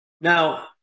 Now